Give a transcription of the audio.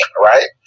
right